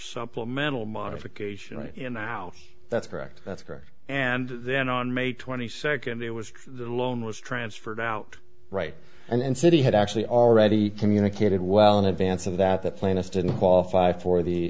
supplemental modification right now that's correct that's correct and then on may twenty second it was the loan was transferred out right and city had actually already communicated well in advance of that the plaintiff didn't qualify for the